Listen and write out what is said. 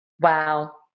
Wow